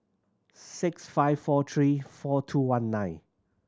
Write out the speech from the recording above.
six five four three four two one nine